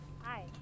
Hi